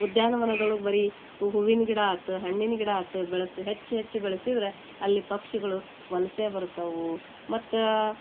ಉದ್ಯಾನವನದೊಳಗ ಬರೀ ಹೂವಿನ ಗಿಡ ಆತು ಹಣ್ಣಿನ ಗಿಡ ಆತು ಬೆಳ್ಸಿ ಹೆಚ್ಚು ಹೆಚ್ಚು ಬೆಳೆಸಿದ್ರೆ ಅಲ್ಲಿ ಪಕ್ಷಿಗಳು ವಲಸೆ ಬರ್ತವು ಮತ್ತು